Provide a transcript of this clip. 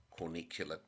corniculate